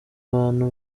abantu